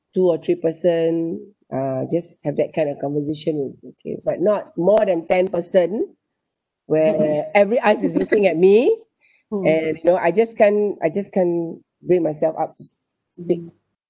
two or three person uh just have that kind of conversation would be okay but not more than ten person where where every eyes is looking at me and no I just can't I just can't bring myself up s~ speak